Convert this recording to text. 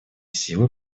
силы